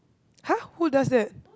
!huh! who does that